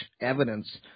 evidence